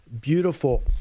beautiful